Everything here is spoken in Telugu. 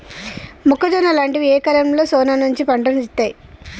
మొక్కజొన్న లాంటివి ఏ కాలంలో సానా మంచి పంటను ఇత్తయ్?